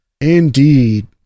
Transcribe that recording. Indeed